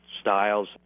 styles